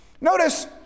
Notice